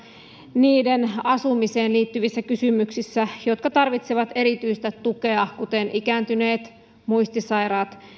niiden asumiseen liittyvissä kysymyksissä jotka tarvitsevat erityistä tukea kuten ikääntyneet muistisairaat